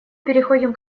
переходим